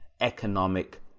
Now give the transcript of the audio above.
economic